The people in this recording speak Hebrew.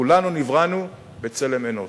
כולנו נבראנו בצלם אנוש.